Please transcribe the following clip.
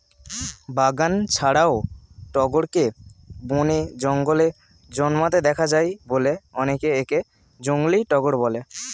বাগান ছাড়াও টগরকে বনে, জঙ্গলে জন্মাতে দেখা যায় বলে অনেকে একে জংলী টগর বলে